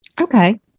Okay